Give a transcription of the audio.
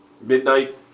midnight